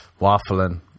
waffling